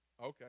Okay